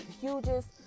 hugest